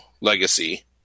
Legacy